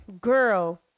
girl